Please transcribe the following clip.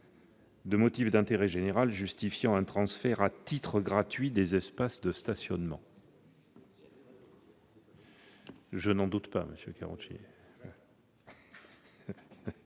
de motif d'intérêt général justifiant un transfert à titre gratuit des espaces de stationnement. Je vais vous démontrer